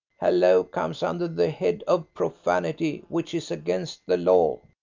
hello comes under the head of profanity, which is against the law.